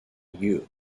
you